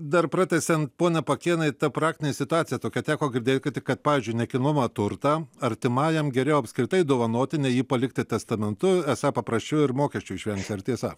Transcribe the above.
dar pratęsiant pone pakėnai ta praktinė situacija tokia teko girdėti kad kad pavyzdžiui nekilnojamą turtą artimajam geriau apskritai dovanoti nei jį palikti testamentu esą paprasčiau ir mokesčių išvengti ar tiesa